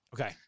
Okay